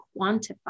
quantify